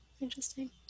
Interesting